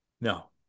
No